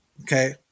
Okay